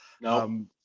No